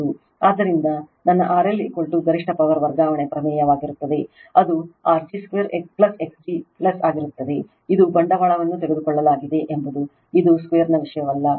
ಆದ್ದರಿಂದ ನನ್ನ RL ಗರಿಷ್ಠ ಪವರ್ ವರ್ಗಾವಣೆ ಪ್ರಮೇಯವಾಗಿರುತ್ತದೆ ಅದು R g 2 X g ಆಗಿರುತ್ತದೆ ಇದು ಬಂಡವಾಳವನ್ನು ತೆಗೆದುಕೊಳ್ಳಲಾಗಿದೆ ಎಂಬುದು ಇದು 2 ರ ವಿಷಯವಲ್ಲ